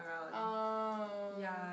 oh